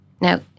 Now